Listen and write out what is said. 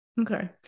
Okay